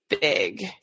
big